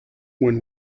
when